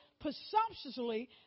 presumptuously